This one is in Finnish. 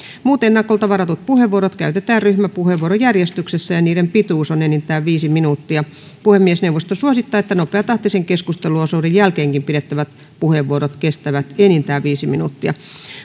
muut ennakolta varatut puheenvuorot käytetään ryhmäpuheenvuorojärjestyksessä ja niiden pituus on enintään viisi minuuttia puhemiesneuvosto suosittaa että nopeatahtisen keskusteluosuuden jälkeenkin pidettävät puheenvuorot kestävät enintään viisi minuuttia